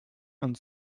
and